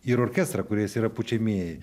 ir orkestrą kuris yra pučiamieji